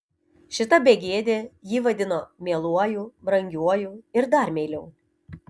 šita begėdė jį vadino mieluoju brangiuoju ir dar meiliau